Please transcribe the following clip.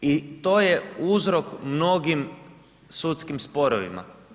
I to je uzrok mnogim sudskim sporovima.